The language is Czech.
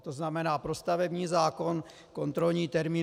To znamená pro stavební zákon kontrolní termín.